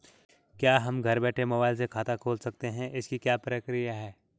क्या हम घर बैठे मोबाइल से खाता खोल सकते हैं इसकी क्या प्रक्रिया है?